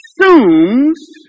assumes